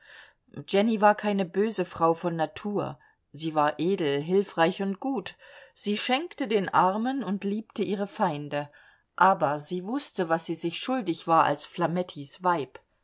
jenny war keine böse frau von natur sie war edel hilfreich und gut sie schenkte den armen und liebte ihre feinde aber sie wußte was sie sich schuldig war als flamettis weib